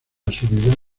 asiduidad